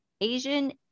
Asian